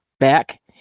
back